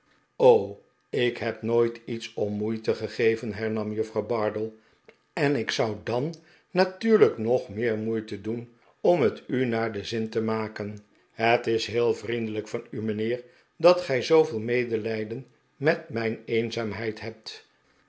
ik heb nooit iets om moeite gegeven hernam juffrouw bardell en ik zou dan natuurlijk nog meer moeite doen om het u naar den zin te maken het is heel vriendelijk van u mijnheer dat gij zooveel medelijden met mijn eenzaamheid hebt